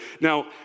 Now